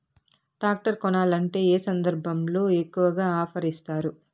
Tractor కొనాలంటే ఏ సందర్భంలో ఎక్కువగా ఆఫర్ ఇస్తారు?